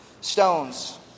stones